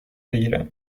بگیرم